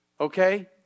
Okay